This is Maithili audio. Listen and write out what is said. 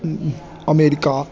अमेरिका